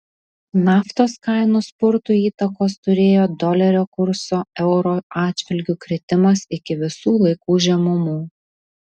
naftos kainų spurtui įtakos turėjo dolerio kurso euro atžvilgiu kritimas iki visų laikų žemumų